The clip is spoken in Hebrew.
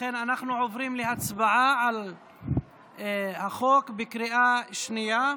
ולכן אנחנו עוברים להצבעה על החוק בקריאה שנייה.